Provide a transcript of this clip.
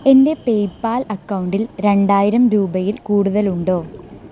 എൻ്റെ പേയ്പാൽ അക്കൗണ്ടിൽ രണ്ടായിരം രൂപയിൽ കൂടുതലുണ്ടോ